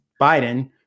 Biden